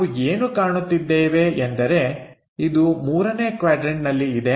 ನಾವು ಏನು ಕಾಣುತ್ತಿದ್ದೇವೆ ಎಂದರೆ ಇದು ಮೂರನೇ ಕ್ವಾಡ್ರನ್ಟನಲ್ಲಿ ಇದೆ